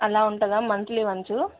అలా ఉంటుందా monthly once